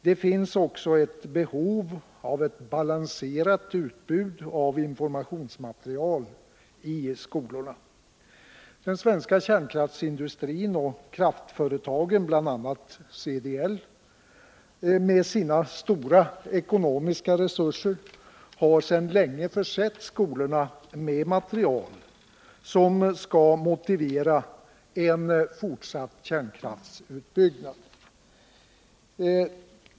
Det finns också ett behov av 18 december 1979 ett balanserat utbud av informationsmaterial i skolorna. Den svenska kärnkraftsindustrin och kraftföretagen — bl.a. CDOL —- med Meddelande om sina stora ekonomiska resurser har sedan länge försett skolorna med material som skall motivera en fortsatt kärnkraftsutbyggnad.